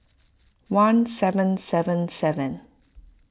one seven seven seven